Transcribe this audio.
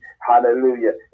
hallelujah